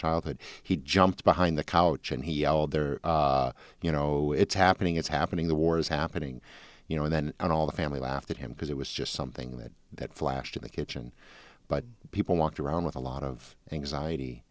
childhood he jumped behind the couch and he held there you know it's happening it's happening the war is happening you know and then and all the family laughed at him because it was just something that that flashed in the kitchen but people walked around with a lot of anxiety